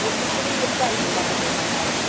mr. reed of brighton wants a jersey cow.